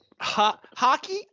Hockey